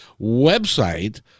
website